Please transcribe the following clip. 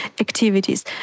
activities